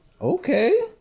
okay